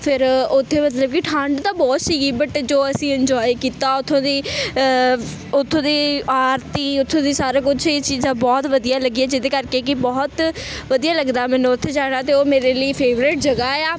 ਫਿਰ ਉੱਥੇ ਮਤਲਬ ਕਿ ਠੰਡ ਤਾਂ ਬਹੁਤ ਸੀਗੀ ਬਟ ਜੋ ਅਸੀਂ ਇੰਜੋਏ ਕੀਤਾ ਉੱਥੋਂ ਦੀ ਉੱਥੋਂ ਦੀ ਆਰਤੀ ਉੱਥੋਂ ਦੀ ਸਾਰਾ ਕੁਛ ਇਹ ਚੀਜ਼ਾਂ ਬਹੁਤ ਵਧੀਆ ਲੱਗੀਆਂ ਜਿਹਦੇ ਕਰਕੇ ਕਿ ਬਹੁਤ ਵਧੀਆ ਲੱਗਦਾ ਮੈਨੂੰ ਉੱਥੇ ਜਾਣਾ ਅਤੇ ਉਹ ਮੇਰੇ ਲਈ ਫੇਵਰੇਟ ਜਗ੍ਹਾ ਆ